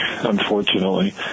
Unfortunately